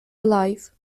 alive